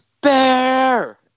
bear